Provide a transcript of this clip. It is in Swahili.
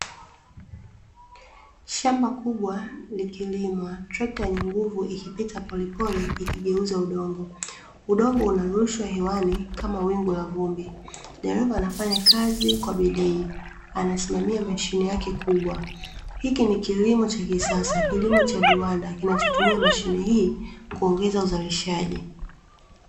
Shamba kubwa likilimwa, trekta yenye nguvu ikipita polepole ikigeuza udongo. Udongo unarushwa hewani kama wingu la vumbi. Dereva anafanya kazi kwa bidii, anasimamia mashine yake kubwa. Hiki ni kilimo cha kisasa, kilimo cha viwanda kinachotumia mashine hii kuongeza uzalishaji.